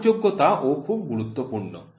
পাঠযোগ্যতা ও খুব গুরুত্বপূর্ণ